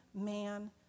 man